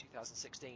2016